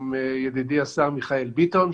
ועם ידידי השר מיכאל ביטון,